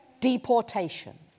deportation